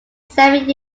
seven